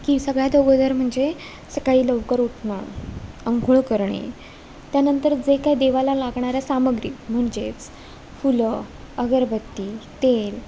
की सगळ्यात अगोदर म्हणजे सकाळी लवकर उठणं अंघोळ करणे त्यानंतर जे काही देवाला लागणारं सामग्री म्हणजेच फुलं अगरबत्ती तेल